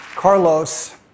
Carlos